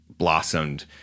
blossomed